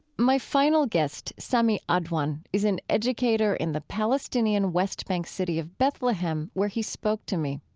my final guest, sami adwan, is an educator in the palestinian west bank city of bethlehem where he spoke to me.